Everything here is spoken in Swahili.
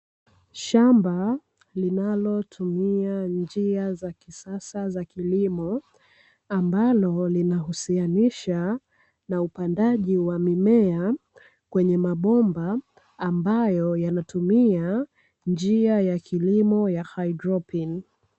Shamba linalotumia njia za kisasa za kilimo, ambalo linahusianisha na upandaji wa mimea kwenye mabomba ambayo yanatumia njia ya kilimo ya haidroponi.